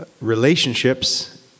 relationships